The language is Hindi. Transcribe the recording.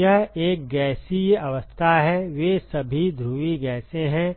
यह एक गैसीय अवस्था है वे सभी ध्रुवीय गैसें हैं